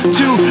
two